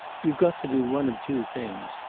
you've got to do one of two things.